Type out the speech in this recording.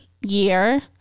year